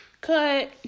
Cut